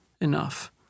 enough